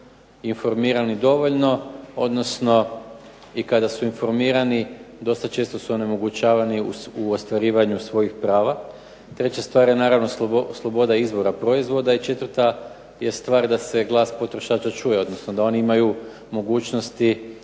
informirati dovoljno, odnosno i kada su informirani dosta često su onemogućavani u ostvarivanju svojih prava. Treća stvar je naravno sloboda izbora proizvoda i četvrta je stvar da se glas potrošača čuje odnosno da oni imaju mogućnosti